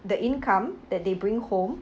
the income that they bring home